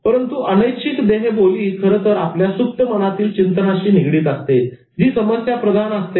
परंतु अनैच्छिक देहबोली खरंतर आपल्या सुप्त मनातील चिंतनाशी निगडित असते जी समस्याप्रधान असते